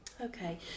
Okay